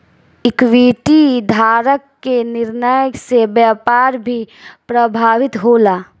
equity धारक के निर्णय से व्यापार भी प्रभावित होला